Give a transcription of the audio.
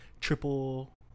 triple